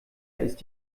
ist